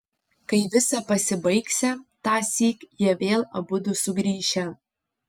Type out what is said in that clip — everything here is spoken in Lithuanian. kai visa pasibaigsią tąsyk jie vėl abudu sugrįšią